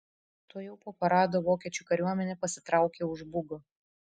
tuojau po parado vokiečių kariuomenė pasitraukė už bugo